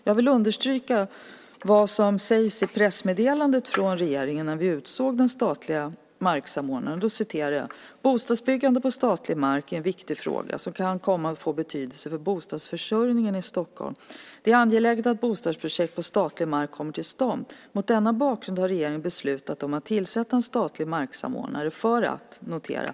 Jag vill understryka vad som sägs i pressmeddelandet från regeringen när vi utsåg den statlige marksamordnaren: Bostadsbyggande på statlig mark är en viktig fråga som kan komma att få betydelse för bostadsförsörjningen i Stockholm. Det är angeläget att bostadsprojekt på statlig mark kommer till stånd. Mot denna bakgrund har regeringen beslutat att tillsätta en statlig marksamordnare för att - notera!